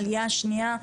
העלייה השנייה,